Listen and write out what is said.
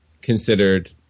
considered